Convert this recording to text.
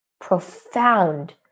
profound